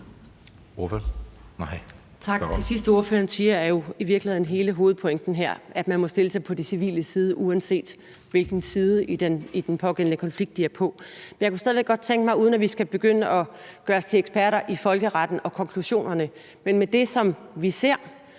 Det sidste, ordføreren siger, er jo i virkeligheden hele hovedpointen her, altså at man må stille sig på de civiles side, uanset hvilken side i den pågældende konflikt de er på. Uden at vi skal begynde at gøre os til eksperter i folkeretten og konklusionerne, kunne jeg stadig